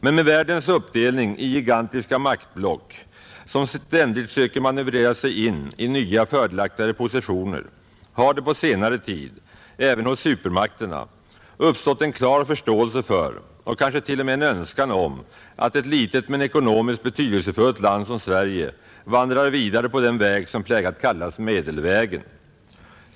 Men med världens uppdelning i gigantiska maktblock, som ständigt söker manövrera sig in i nya fördelaktigare positioner, har det på senare tid — även hos supermakterna — uppstått en klar förståelse för och kanske till och med en önskan om att ett litet men ekonomiskt betydelsefullt land som Sverige vandrar vidare på den väg som plägat kallas medelvägen.